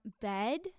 Bed